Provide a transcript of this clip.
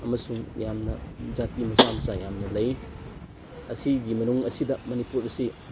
ꯑꯃꯁꯨꯡ ꯌꯥꯝꯅ ꯖꯥꯇꯤ ꯃꯆꯥ ꯃꯆꯥ ꯌꯥꯝꯅ ꯂꯩ ꯑꯁꯤꯒꯤ ꯃꯅꯨꯡ ꯑꯁꯤꯗ ꯃꯅꯤꯄꯨꯔ ꯑꯁꯤ